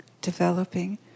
developing